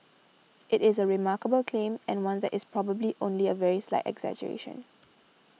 it is a remarkable claim and one that is probably only a very slight exaggeration